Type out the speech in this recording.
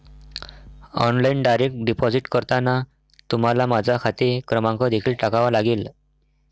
online direct deposit करताना तुम्हाला माझा खाते क्रमांक देखील टाकावा लागेल